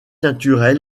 naturel